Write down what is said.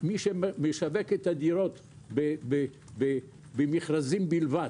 מי שמשווק את הדירות במכרזים בלבד